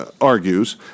argues